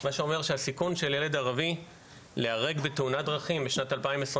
מה שאומר שהסיכון של ילד ערבי להיהרג בתאונת דרכים בשנת 2021,